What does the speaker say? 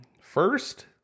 First